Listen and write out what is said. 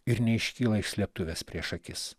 ir neiškyla iš slėptuvės prieš akis